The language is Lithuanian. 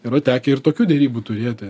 yra tekę ir tokių derybų turėti